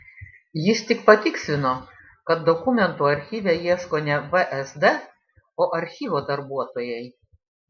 jis tik patikslino kad dokumentų archyve ieško ne vsd o archyvo darbuotojai